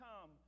come